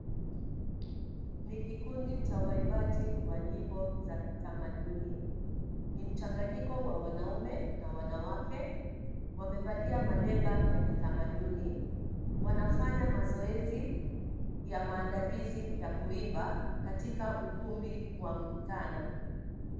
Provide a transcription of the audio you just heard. Ni kikundi cha waimbaji wa nyimbo za kitamaduni. Ni mchanganyiko wa wanaume na wanawake. Wamevalia maleba ya kitamanduni. Wanafanya mazoezi ya maandalizi ya kuimba, katika ukumbi wa mkutano.